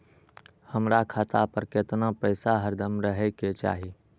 हमरा खाता पर केतना पैसा हरदम रहे के चाहि?